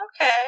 Okay